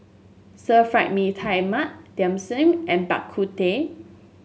Stir Fry Mee Tai Mak Dim Sum and Bak Kut Teh